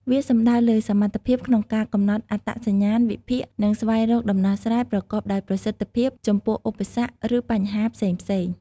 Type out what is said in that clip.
វាសំដៅលើសមត្ថភាពក្នុងការ កំណត់អត្តសញ្ញាណ វិភាគ និងស្វែងរកដំណោះស្រាយប្រកបដោយប្រសិទ្ធភាព ចំពោះឧបសគ្គ ឬបញ្ហាផ្សេងៗ។